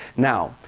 now,